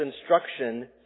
instruction